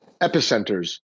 epicenters